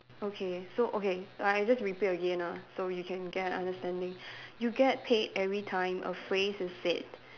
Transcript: okay so okay like I just repeat again ah so you can get an understanding you get paid every time a phrase is said